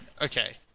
Okay